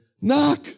Knock